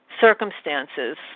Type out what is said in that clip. circumstances